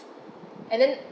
and then